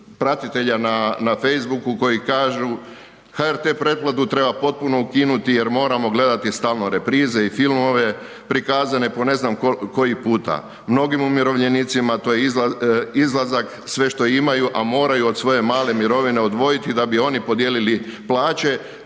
pratitelja na facebooku koji kažu. HRT pretplatu treba potpuno ukinuti jer moramo gledati stalno reprize i filmove prikazane po ne znam koji puta. Mnogim umirovljenicima to je izlazak, sve što imaju, a moraju od svoje male mirovine odvojiti da bi oni podijelili plaće